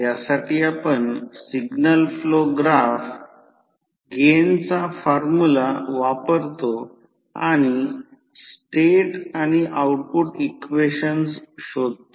यासाठी आपण signal flow graph गेनचा फॉर्म्युला वापरतो आणि स्टेट आणि आउटपुट इक्वेशन्स शोधतो